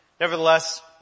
Nevertheless